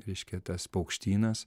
reiškia tas paukštynas